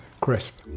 crisp